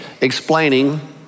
explaining